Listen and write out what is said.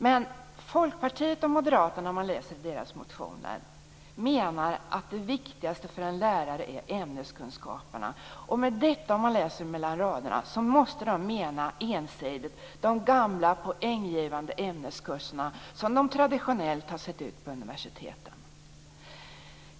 Men Folkpartiet och Moderaterna anför i sina motioner att det viktigaste för en lärare är ämneskunskaperna. Och med detta - om man läser mellan raderna - måste de ensidigt mena de gamla poänggivande ämneskurserna som de traditionellt har sett ut på universiteten.